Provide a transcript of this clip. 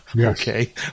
Okay